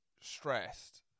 stressed